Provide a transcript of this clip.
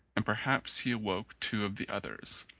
and perhaps he awoke two of the others,